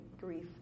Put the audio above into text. grief